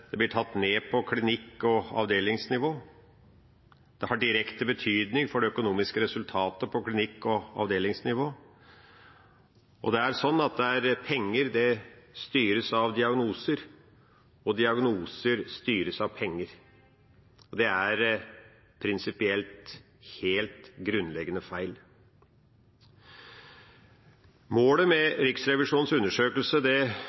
blir tatt ned på klinikk- og avdelingsnivå. Det har direkte betydning for det økonomiske resultatet på klinikk- og avdelingsnivå. Penger styres av diagnoser, og diagnoser styres av penger. Det er prinsipielt helt grunnleggende feil. Målet